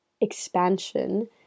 expansion